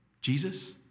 Jesus